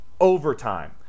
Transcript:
overtime